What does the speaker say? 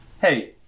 Hey